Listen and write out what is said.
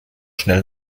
schnell